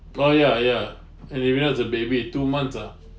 oh ya ya emilia was a baby two months ah